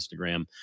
Instagram